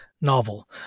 novel